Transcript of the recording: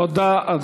תודה, אדוני.